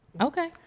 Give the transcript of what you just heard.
Okay